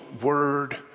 word